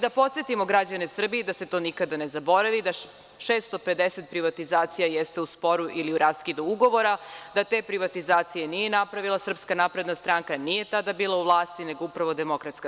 Da podsetimo to građane Srbije, da se to nikada ne zaboravi da je 650 privatizacija u sporu ili u raskidu ugovora, da te privatizacije nije napravila SNS, nije tada bila u vlasti nego upravo DS.